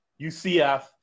UCF